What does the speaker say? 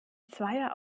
zweier